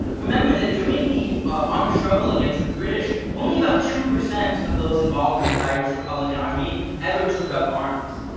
remember that during the armed struggle against the british, only about two percent of those involved with the irish republican army ever took up arms.